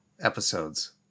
episodes